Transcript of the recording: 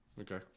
Okay